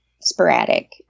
sporadic